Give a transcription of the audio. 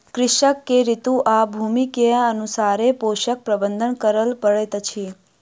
कृषक के ऋतू आ भूमि के अनुसारे पोषक प्रबंधन करअ पड़ैत अछि